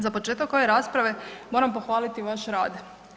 Za početak ove rasprave moram pohvaliti vaš rad.